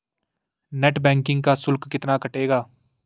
Net banking का शुल्क कितना कटेगा?